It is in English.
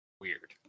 weird